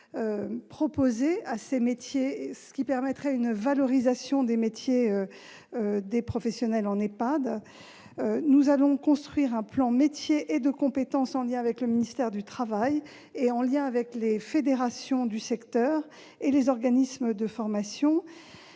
proposées à ces métiers. Cela permettrait une valorisation des métiers exercés au sein des EHPAD. Nous allons aussi construire un plan Métiers et compétences, en lien avec le ministère du travail, les fédérations du secteur et les organismes de formation.